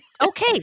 okay